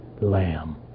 Lamb